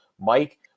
Mike